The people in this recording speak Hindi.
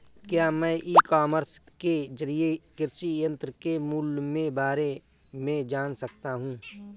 क्या मैं ई कॉमर्स के ज़रिए कृषि यंत्र के मूल्य में बारे में जान सकता हूँ?